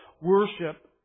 worship